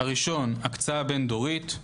הראשון, הקצאה בין דורית.